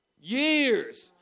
Years